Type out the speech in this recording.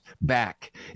back